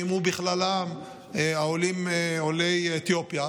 ובכללם עולי אתיופיה,